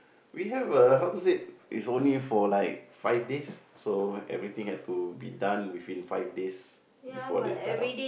we have a how to say it's only for like five days so everything had to be done before five days before they start up